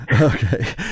Okay